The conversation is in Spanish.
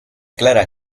clara